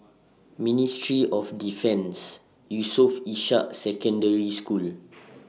Ministry of Defence Yusof Ishak Secondary School